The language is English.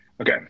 Okay